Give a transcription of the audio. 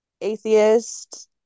atheist